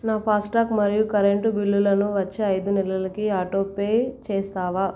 నా ఫాస్టాగ్ మరియు కరెంటు బిల్లులను వచ్చే ఐదు నెలలకి ఆటోపే చేస్తావా